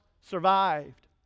survived